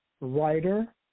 writer